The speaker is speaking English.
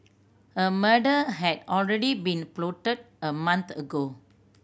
a murder had already been plotted a month ago